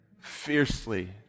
fiercely